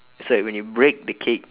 so that when you break the cake